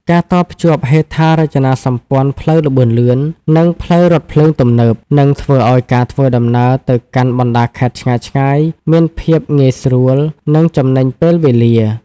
ការតភ្ជាប់ហេដ្ឋារចនាសម្ព័ន្ធផ្លូវល្បឿនលឿន និងផ្លូវរថភ្លើងទំនើប នឹងធ្វើឱ្យការធ្វើដំណើរទៅកាន់បណ្តាខេត្តឆ្ងាយៗមានភាពងាយស្រួល និងចំណេញពេលវេលា។